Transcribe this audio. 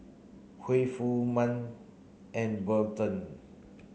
Huy Furman and Burton